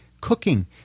Cooking